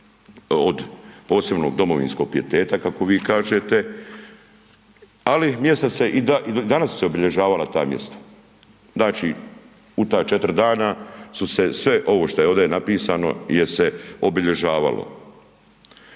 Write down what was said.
od posebnog domovinskog pijeteta kako vi kažete, ali i do danas su se obilježavala ta mjesta. Znači u ta četiri dana su se sve ovo što je ovdje napisano je se obilježavalo.